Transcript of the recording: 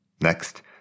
Next